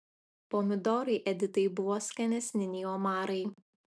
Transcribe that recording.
pomidorai editai buvo skanesni nei omarai